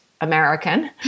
American